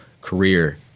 career